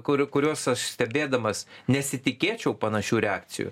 kur kuriuos aš stebėdamas nesitikėčiau panašių reakcijų